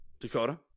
Dakota